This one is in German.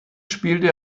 spielte